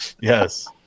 Yes